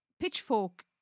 Pitchfork